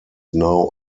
now